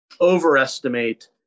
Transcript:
overestimate